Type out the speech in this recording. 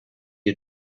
you